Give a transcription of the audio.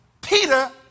Peter